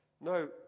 No